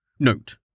Note